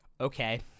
Okay